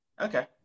Okay